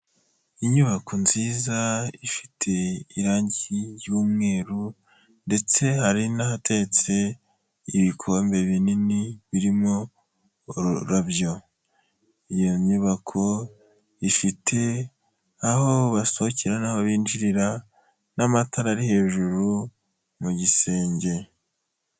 Inyubako nziza ifite irangi ry'umweru ndetse hari n'ahatetse ibikombe binini birimo ururabyo, iyo nyubako ifite aho basohokera naho binjirira n'amatara ari hejuru mu gisenge.